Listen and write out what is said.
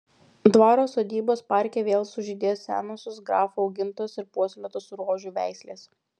dvaro sodybos parke vėl sužydės senosios grafų augintos ir puoselėtos rožių veislės